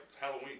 Halloween